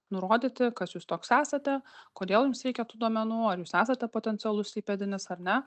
nurodyti kas jūs toks esate kodėl jums reikia tų duomenų ar jūs esate potencialus įpėdinis ar ne